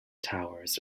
towers